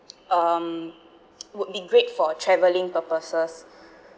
um would be great for traveling purposes